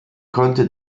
konnte